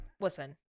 Listen